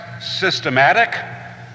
systematic